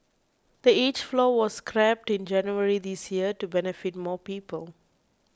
the age floor was scrapped in January this year to benefit more people